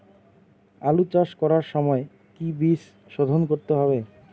আলু চাষ করার সময় কি বীজ শোধন করতে হবে?